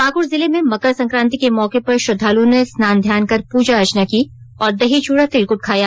पाकुड़ जिले में मकर संक्रांति के मौके पर स्नान ध्यान कर पूजा अर्चना की और दही चूड़ा तिलकुट खाया